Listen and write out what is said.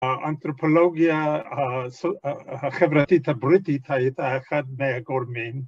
‫האנתרופולוגיה החברתית הבריטית ‫הייתה אחד מהגורמים.